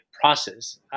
process